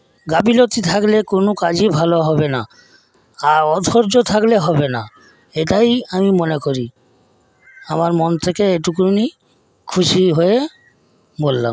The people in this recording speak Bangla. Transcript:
গাফিলতি থাকলে কোনো কাজই ভালো হবে না আর অধৈর্য থাকলে হবে না এটাই আমি মনে করি আমার মন থেকে এইটুকুনই খুশি হয়ে বললাম